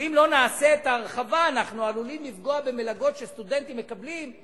שאם לא נעשה את ההרחבה אנחנו עלולים לפגוע במלגות שסטודנטים מקבלים,